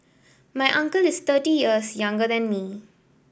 my uncle is thirty years younger than me